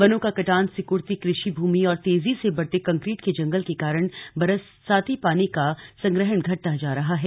वनों का कटान सिकुड़ती क़ृषि भूमि और तेजी से बढ़ते कंक्रीट के जंगल के कारण बरसाती पानी का संग्रहण घटता जा रहा है